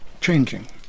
changing